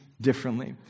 differently